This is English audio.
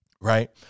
Right